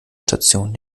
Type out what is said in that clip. station